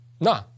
No